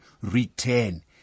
Return